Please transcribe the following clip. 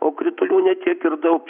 o kritulių ne tiek ir daug